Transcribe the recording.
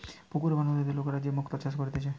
পুকুরে বা নদীতে লোকরা যে মুক্তা চাষ করতিছে